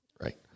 right